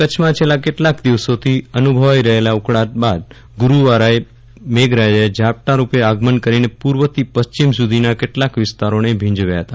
કચ્છમાં છેલ્લા કેટલાક દિવસોથી અનુભવાઇ રહેલા ઉકળાટ બાદ ગુરૂવારે મઘરાજાએ ઝાપટાં રૂપે આગમન કરીને પૂર્વથી પશ્ચિમ સુધીના કેટલાક વિસ્તારોને ભીંજવ્યા હતા